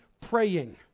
praying